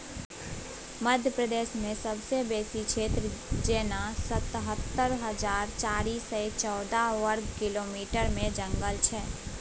मध्य प्रदेशमे सबसँ बेसी क्षेत्र जेना सतहत्तर हजार चारि सय चौदह बर्ग किलोमीटरमे जंगल छै